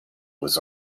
was